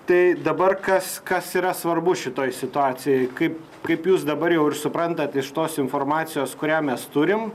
tai dabar kas kas yra svarbu šitoj situacijoj kaip kaip jūs dabar jau ir suprantat iš tos informacijos kurią mes turim